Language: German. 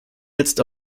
jetzt